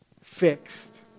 fixed